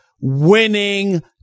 winning